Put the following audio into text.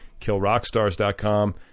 killrockstars.com